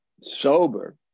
sober